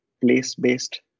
place-based